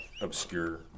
obscure